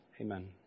Amen